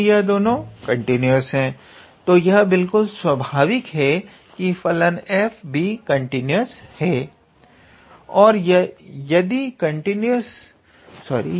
क्योकि यह दोनों कंटीन्यूअस फंक्शन हैं तो यह बिल्कुल स्वाभाविक हैं की फलन f भी कंटीन्यूअस फंक्शन हैं